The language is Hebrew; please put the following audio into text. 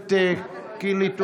הכנסת קינלי,